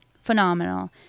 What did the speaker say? phenomenal